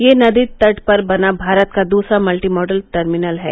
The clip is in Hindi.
यह नदी तट पर बना भारत का दूसरा मल्टी मॉडल टर्मिनल है